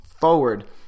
forward